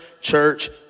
church